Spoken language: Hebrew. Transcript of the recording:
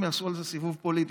הם יעשו על זה סיבוב פוליטי.